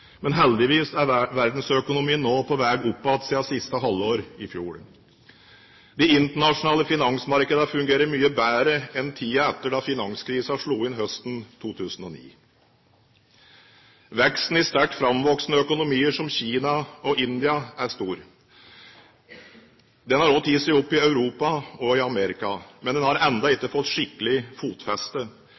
Men heldigvis er verdensøkonomien nå på vei opp igjen siden siste halvår i fjor. De internasjonale finansmarkedene fungerer mye bedre enn i tiden etter at finanskrisen slo inn høsten 2008. Veksten i sterkt framvoksende økonomier som Kina og India er stor. Den har også tatt seg opp i Europa og USA, men har ennå ikke fått skikkelig fotfeste.